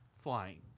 flying